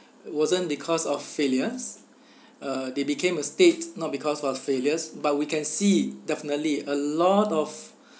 wasn't because of failures uh they became a state not because of failures but we can see definitely a lot of